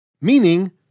meaning